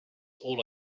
all